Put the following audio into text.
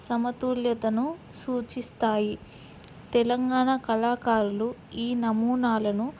సమతుల్యతను సూచిస్తాయి తెలంగాణ కళాకారులు ఈ నమూనాలను